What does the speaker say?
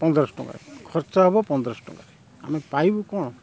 ପନ୍ଦରଶହ ଟଙ୍କା ଖର୍ଚ୍ଚ ହେବ ପନ୍ଦରଶହ ଟଙ୍କାରେ ଆମେ ପାଇବୁ କ'ଣ